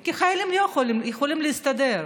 כי חיילים יכולים להסתדר,